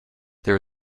there